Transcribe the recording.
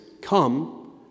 come